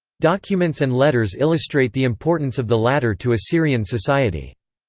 documents and letters illustrate the importance of the latter to assyrian society.